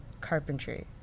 carpentry